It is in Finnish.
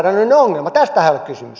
tästähän ei ole kysymys